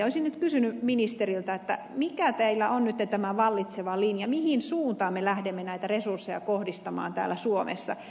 olisin nyt kysynyt ministeriltä mikä teillä on nyt tämä vallitseva linja mihin suuntaan me lähdemme näitä resursseja kohdistamaan täällä suomessa